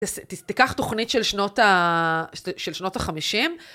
תיקח תוכנית של שנות החמישים.